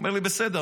אומר לי: בסדר.